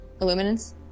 Illuminance